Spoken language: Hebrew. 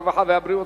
הרווחה והבריאות,